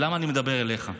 ולמה אני מדבר אליך?